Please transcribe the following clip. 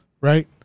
right